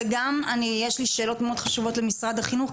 וגם יש לי שאלות מאוד חשובות למשרד החינוך,